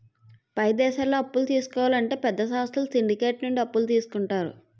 పై దేశాల్లో అప్పులు తీసుకోవాలంటే పెద్ద సంస్థలు సిండికేట్ నుండి అప్పులు తీసుకుంటారు